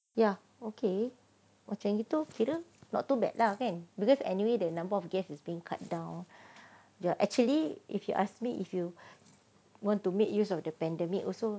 ya okay macam itu kira not too bad lah kan because anyway the number of guest is being cut down ya actually if you ask me if you want to make use of the pandemic also